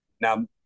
Now